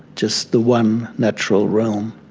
just the one natural realm.